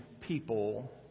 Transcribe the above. people